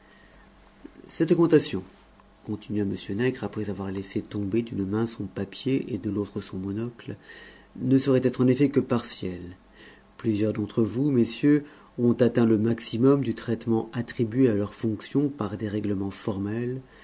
cette augmentation continua m nègre après avoir laissé tomber d'une main son papier et de l'autre son monocle ne saurait être en effet que partielle plusieurs d'entre vous messieurs on atteint le maximum du traitement attribué à leurs fonctions par des règlements formels